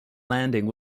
landing